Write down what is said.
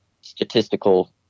statistical